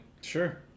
Sure